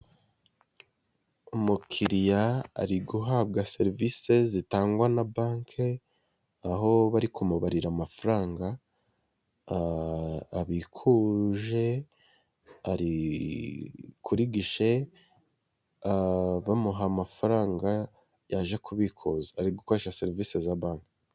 Umukiriya ari guhabwa serivisi zitangwa na banke aho bari ku mubarira amafaranga abikuje, ari kuri gishe bamuha amafaranga yaje kubikuza ari gukoresha serivisi za banke.